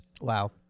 Wow